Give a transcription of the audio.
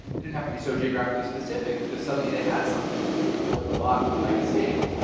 it didn't have to be so geographically specific, because suddenly, they had something that looked a lot like a state.